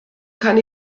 kann